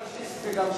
גם פאשיסט וגם שקרן.